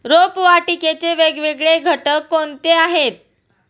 रोपवाटिकेचे वेगवेगळे घटक कोणते आहेत?